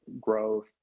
growth